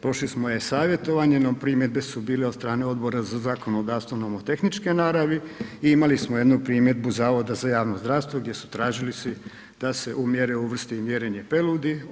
Prošli smo e-savjetovanje no primjedbe su bile od strane Odbora za zakonodavstvo nomotehničke naravi i imali smo jednu primjedbu Zavoda za javno zdravstvo gdje su tražili da se u mjere uvrsti i mjerenje peludi.